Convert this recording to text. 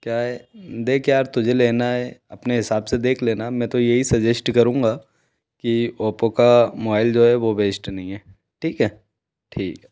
क्या है देख यार तुझे लेना हे अपने हिसाब से देख ले ना मैं तो यही सजेश्ट करूँगा कि ओपो का मोआइल जो है वो बेस्ट नहीं है ठीक है ठीक है